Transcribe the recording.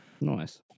Nice